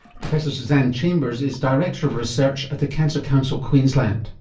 professor suzanne chambers is director of research at the cancer council queensland.